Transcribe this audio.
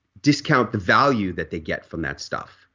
discount the value that they get from that stuff.